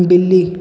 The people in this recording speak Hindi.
बिल्ली